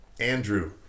Andrew